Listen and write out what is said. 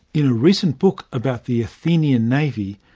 in a recent book about the athenian navy,